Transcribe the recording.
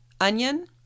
onion